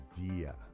idea